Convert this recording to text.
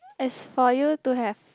as for you to have